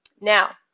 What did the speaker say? Now